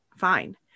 fine